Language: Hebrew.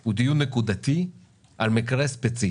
הוא דיון נקודתי על מקרה ספציפי,